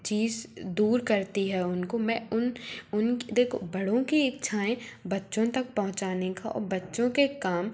चीस दूर करती है उनको मैं उन उन देखो बड़ों की इच्छाऍं बच्चों तक पहुंचाने का और बच्चों के काम